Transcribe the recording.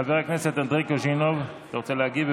חבר הכנסת אנדרי קוז'ינוב, אתה רוצה להגיב?